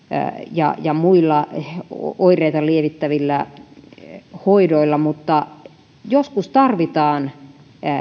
ja ja muilla oireita lievittävillä hoidoilla mutta joskus tarvitaan